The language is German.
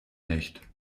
nicht